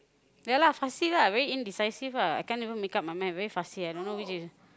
ya lah fussy lah very indecisive ah I can't even make up my mind very fussy I don't know which is